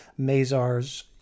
Mazars